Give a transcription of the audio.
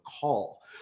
call